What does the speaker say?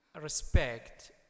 respect